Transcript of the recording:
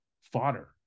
fodder